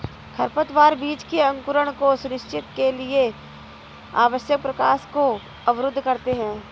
खरपतवार बीज के अंकुरण को सुनिश्चित के लिए आवश्यक प्रकाश को अवरुद्ध करते है